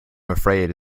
afraid